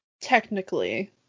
Technically